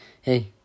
hey